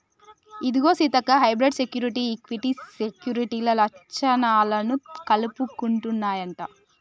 ఇదిగో Seethakka hybrid security, equity సెక్యూరిటీల లచ్చణాలను కలుపుకుంటన్నాయంట